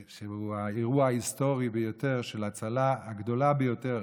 שהוא האירוע ההיסטורי ביותר של ההצלה הגדולה ביותר,